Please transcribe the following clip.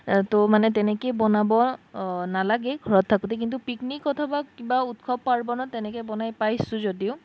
ত' মানে তেনেকৈয়ে বনাব নালাগে ঘৰত থাকোতে কিন্তু পিকনিক অথবা কিবা উৎসৱ পাৰ্বণত তেনেকৈ বনাই পাইছোঁ যদিও